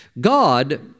God